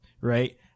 Right